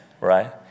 right